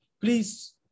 please